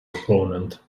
opponent